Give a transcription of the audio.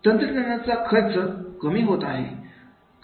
तंत्रज्ञानाचा खर्च कमी होत आहे